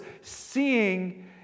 seeing